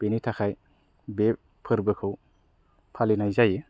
बेनि थाखाय बे फोरबोखौ फालिनाय जायो